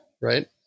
right